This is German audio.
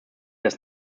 das